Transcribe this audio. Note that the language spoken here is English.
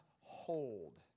hold